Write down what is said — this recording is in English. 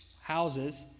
houses